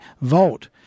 vote